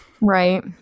right